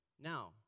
Now